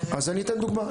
אז אני אתן דוגמה.